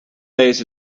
days